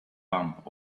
bump